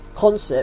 concept